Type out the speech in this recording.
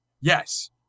Yes